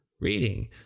reading